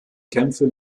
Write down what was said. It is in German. kämpfe